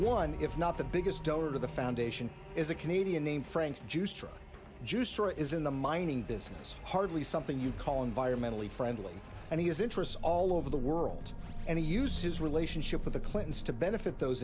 one if not the biggest donor to the foundation is a comedian named frank juicer is in the mining business hardly something you'd call environmentally friendly and he has interests all over the world and he used his relationship with the clintons to benefit those